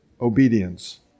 obedience